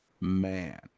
man